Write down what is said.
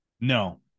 No